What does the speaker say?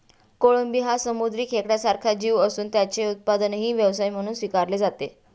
कोळंबी हा समुद्री खेकड्यासारखा जीव असून त्याचे उत्पादनही व्यवसाय म्हणून स्वीकारले जाते